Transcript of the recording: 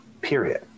period